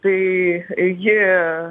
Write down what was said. tai ji